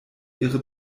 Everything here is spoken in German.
ihre